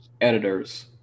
editors